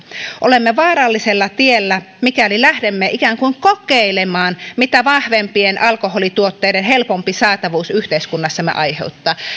olemme vaarallisella tiellä mikäli lähdemme ikään kuin kokeilemaan mitä vahvempien alkoholituotteiden helpompi saatavuus yhteiskunnassamme aiheuttaa